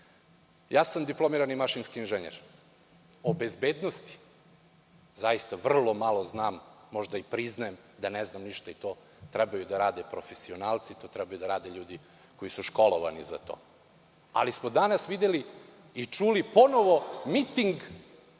sam diplomirani mašinski inženjer, o bezbednosti zaista vrlo malo znam, možda i priznajem da ne znam ništa i to trebaju da rade profesionalci, to trebaju da rade ljudi koji su školovani za to, ali smo danas videli i čuli ponovo miting